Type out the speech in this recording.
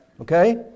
okay